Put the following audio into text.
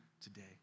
today